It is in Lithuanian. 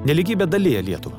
nelygybė dalija lietuvą